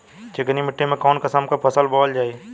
चिकनी मिट्टी में कऊन कसमक फसल बोवल जाई?